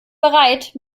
bereit